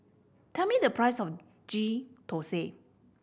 tell me the price of Ghee Thosai